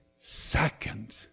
second